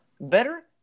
better